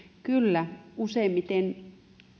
kyllä useimmiten